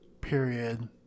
period